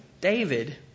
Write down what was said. David